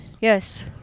Yes